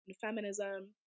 feminism